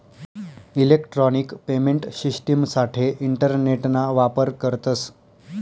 electronic payment शिश्टिमसाठे इंटरनेटना वापर करतस